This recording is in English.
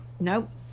Nope